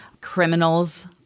Criminals